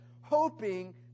hoping